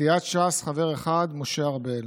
סיעת ש"ס, חבר אחד: משה ארבל,